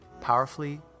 powerfully